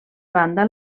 banda